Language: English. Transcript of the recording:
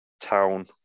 town